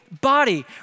body